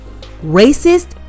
racist